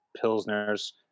Pilsner's